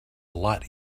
lot